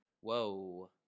Whoa